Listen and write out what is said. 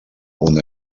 una